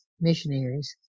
missionaries